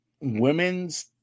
women's